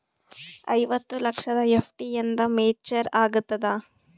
ಐವತ್ತು ಲಕ್ಷದ ಎಫ್.ಡಿ ಎಂದ ಮೇಚುರ್ ಆಗತದ?